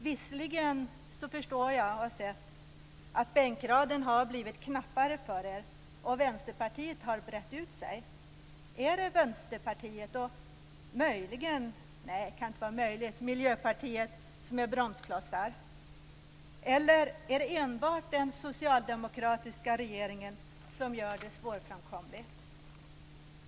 Visserligen förstår jag och har sett att bänkraden har blivit knappare för er och att Vänsterpartiet har brett ut sig. Är det Vänsterpartiet och Miljöpartiet - nej, det kan inte vara möjligt - som är bromsklossar? Eller är det enbart den socialdemokratiska regeringen som gör det svårframkomligt?